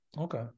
Okay